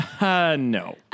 No